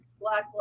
black